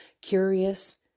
curious